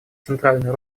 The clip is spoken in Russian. центральную